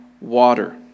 water